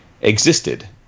existed